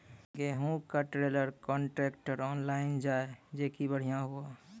गेहूँ का trailer contractor online जाए जैकी बढ़िया हुआ